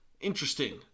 interesting